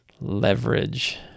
Leverage